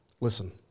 listen